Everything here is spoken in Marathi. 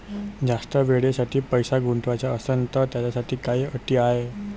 जास्त वेळेसाठी पैसा गुंतवाचा असनं त त्याच्यासाठी काही अटी हाय?